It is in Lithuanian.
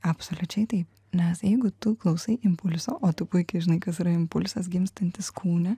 absoliučiai taip nes jeigu tu klausai impulso o tu puikiai žinai kas yra impulsas gimstantis kūne